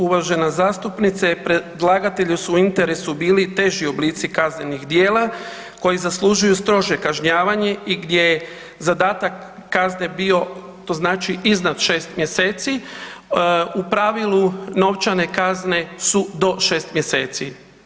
Uvažena zastupnice predlagatelju su u interesu bili teži oblici kaznenih djela koji zaslužuju strože kažnjavanje i gdje je zadatak kazne bio to znači iznad 6 mjeseci u pravilu novčane kazne su do 6 mjeseci.